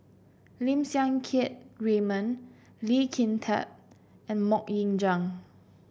Lim Siang Keat Raymond Lee Kin Tat and MoK Ying Jang